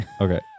Okay